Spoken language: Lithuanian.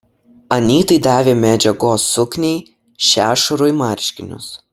anytai davė medžiagos sukniai šešurui marškinius